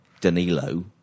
danilo